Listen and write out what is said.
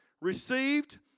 received